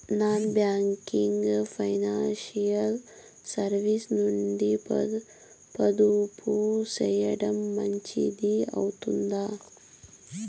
Non banking financial services నందు పొదుపు సేయడం మంచిది అవుతుందా?